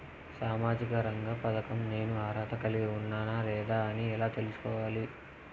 సామాజిక రంగ పథకం నేను అర్హత కలిగి ఉన్నానా లేదా అని ఎలా తెల్సుకోవాలి?